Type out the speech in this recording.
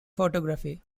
photography